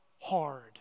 hard